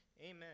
Amen